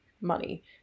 money